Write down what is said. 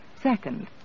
Second